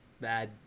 bad